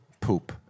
poop